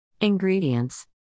Ingredients